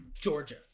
Georgia